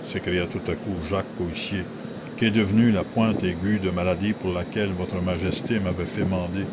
s'écria tout à coup jacques coictier qu'est devenue la pointe aiguë de maladie pour laquelle votre majesté m'avait fait mander